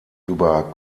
über